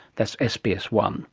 that's s b s one